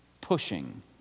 pushing